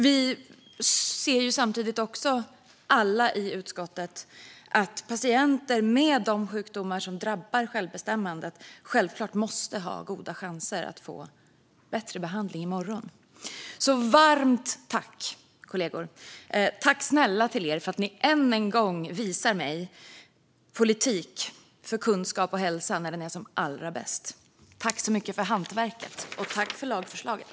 Vi ser samtidigt, alla i utskottet, att patienter med de sjukdomar som drabbar självbestämmandet självklart måste ha goda chanser att få bättre behandling i morgon. Så varmt tack, kollegor! Tack snälla för att ni än en gång visar mig politik för kunskap och hälsa när den är som allra bäst! Tack så mycket för hantverket, och tack för lagförslaget!